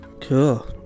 Cool